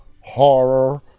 horror